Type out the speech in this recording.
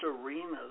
arenas